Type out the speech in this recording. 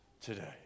today